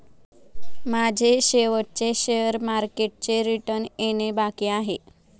माझे शेवटचे शेअर मार्केटचे रिटर्न येणे बाकी आहे